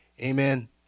Amen